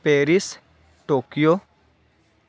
Paris Tokyo